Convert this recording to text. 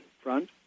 front